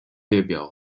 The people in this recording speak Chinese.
列表